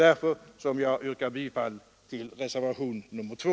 Därför yrkar jag bifall till reservationen 2.